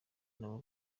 nabo